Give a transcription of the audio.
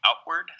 outward